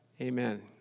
Amen